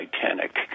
Titanic